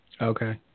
Okay